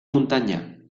muntanya